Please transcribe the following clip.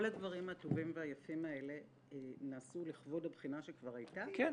כל הדברים הטובים והיפים האלה נעשו לכבוד הבחינה שכבר הייתה -- כן.